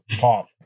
pop